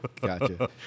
Gotcha